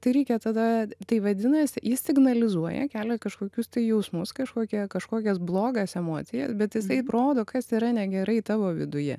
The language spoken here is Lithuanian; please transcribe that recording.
tai reikia tada tai vadinasi jis signalizuoja kelia kažkokius tai jausmus kažkokią kažkokias blogas emocijas bet jisai rodo kas yra negerai tavo viduje